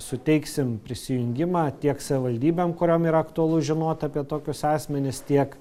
suteiksim prisijungimą tiek savivaldybėm kuriom yra aktualu žinoti apie tokius asmenis tiek